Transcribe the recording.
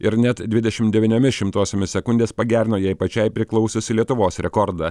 ir net dvidešim devyniomis šimtosiomis sekundės pagerino jai pačiai priklausiusį lietuvos rekordą